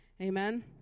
Amen